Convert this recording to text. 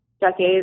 decades